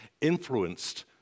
influenced